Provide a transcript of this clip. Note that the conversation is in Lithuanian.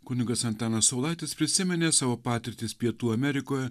kunigas antanas saulaitis prisiminė savo patirtis pietų amerikoje